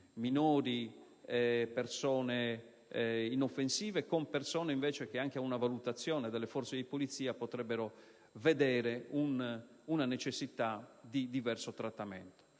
minori e persone inoffensive con persone che invece, anche ad una valutazione delle forze di polizia, potrebbero necessitare un diverso trattamento.